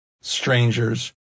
strangers